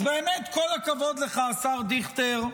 אז באמת, כל הכבוד לך, השר דיכטר,